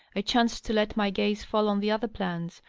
i chanced to let my gaze fall on the other plants,